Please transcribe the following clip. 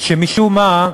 שמשום מה,